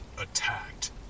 attacked